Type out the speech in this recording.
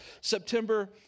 September